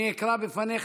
סמוטריץ', אני אקרא לפניך